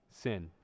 sin